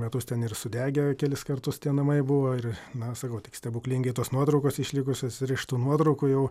metus ten ir sudegę kelis kartus tie namai buvo ir na sakau tik stebuklingai tos nuotraukos išlikusios ir iš tų nuotraukų jau